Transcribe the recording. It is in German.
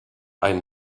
ein